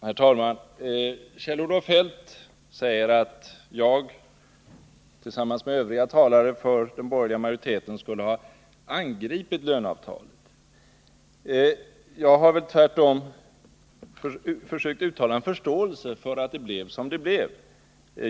Herr talman! Kjell-Olof Feldt säger att jag tillsammans med övriga talare för den borgerliga majoriteten skulle ha angripit löneavtalet. Jag har tvärtom uttalat en förståelse för att det blev som det blev.